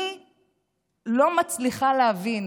אני לא מצליחה להבין